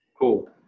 cool